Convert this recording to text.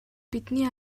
бидний